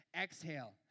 Exhale